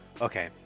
okay